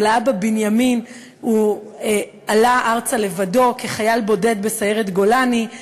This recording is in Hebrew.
אבל האבא בנימין עלה ארצה לבדו כחייל בודד בסיירת גולני,